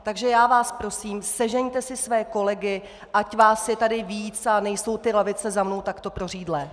Takže já vás prosím, sežeňte si své kolegy, ať vás je tady víc a nejsou ty lavice za mnou takto prořídlé.